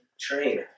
Train